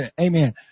Amen